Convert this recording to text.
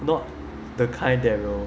not the kind that will